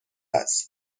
است